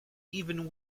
even